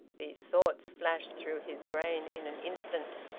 these thoughts flashed through his brain in an instant.